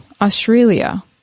Australia